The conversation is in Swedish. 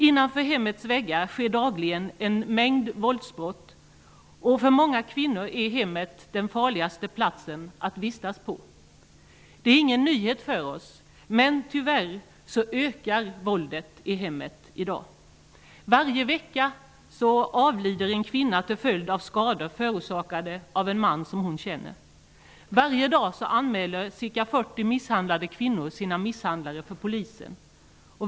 Innanför hemmets väggar sker dagligen en mängd våldsbrott. För många kvinnor är hemmet den farligaste platsen att vistas på. Detta är ingen nyhet för oss. Men våldet i hemmen ökar, tyvärr, i dag. Varje vecka avlider en kvinna till följd av skador förorsakade av en man som hon känner. Varje dag anmäler ca 40 misshandlade kvinnor sina misshandlare hos Polisen.